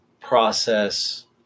process